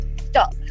Stop